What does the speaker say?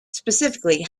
specifically